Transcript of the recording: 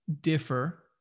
differ